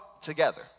together